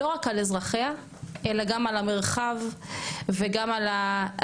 לא רק על אזרחיה, אלא גם על המרחב וגם על הסביבה,